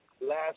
last